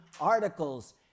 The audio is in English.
articles